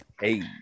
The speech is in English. Hey